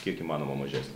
kiek įmanoma mažesnė